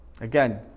Again